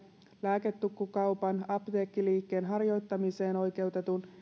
lääketukkukaupan apteekkiliikkeen harjoittamiseen oikeutetun